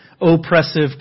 oppressive